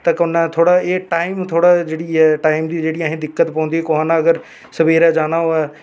ते कन्नै एह् टाईम जेह्ड़ा थोह्ड़ी ऐ टाईम दी असें जेह्ड़ी दिक्कत पौंदी कुसै ने अगर सवेरे जाना होऐ